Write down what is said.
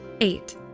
Eight